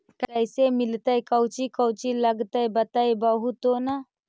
कैसे मिलतय कौची कौची लगतय बतैबहू तो न?